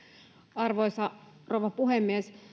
arvoisa rouva puhemies